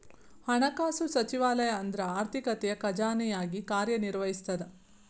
ಹಣಕಾಸು ಸಚಿವಾಲಯ ಅಂದ್ರ ಆರ್ಥಿಕತೆಯ ಖಜಾನೆಯಾಗಿ ಕಾರ್ಯ ನಿರ್ವಹಿಸ್ತದ